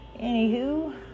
anywho